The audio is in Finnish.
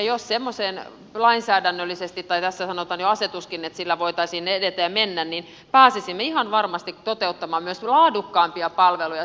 jos semmoiseen lainsäädännöllisesti tai tässä sanotaan että jo asetuksin voitaisiin edetä ja mennä niin pääsisimme ihan varmasti toteuttamaan myös laadukkaampia palveluja